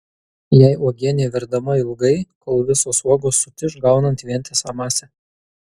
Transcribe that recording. jei uogienė verdama ilgai kol visos uogos sutiš gaunant vientisą masę